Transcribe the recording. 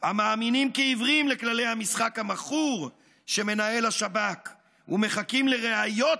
המאמינים כעיוורים לכללי המשחק המכור שמנהל השב"כ ומחכים לראיות,